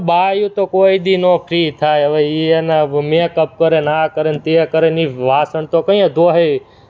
બાઇઓ તો કોઈ દી ના ફ્રી થાય હવે એ એના મેકપ કરે ને આ કરે ને તે કરે ને એ વાસણ તો કંઈએ ધોશે એ